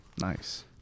nice